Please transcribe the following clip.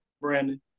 Brandon